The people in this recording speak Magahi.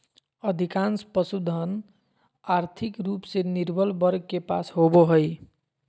अधिकांश पशुधन, और्थिक रूप से निर्बल वर्ग के पास होबो हइ